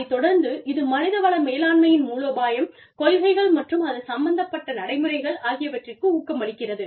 அதைத் தொடர்ந்து இது மனித வள மேலாண்மையின் மூலோபாயம் கொள்கைகள் மற்றும் அது சம்பந்தப்பட்ட நடைமுறைகள் ஆகியவற்றிற்கு ஊக்கமளிக்கிறது